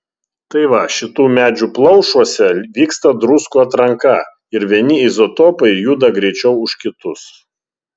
tai va šitų medžių plaušuose vyksta druskų atranka ir vieni izotopai juda greičiau už kitus